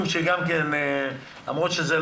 ב-זום שביקשו